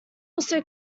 also